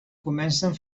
comencen